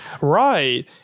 Right